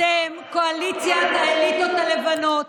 אתם קואליציית האליטות הלבנות